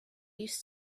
used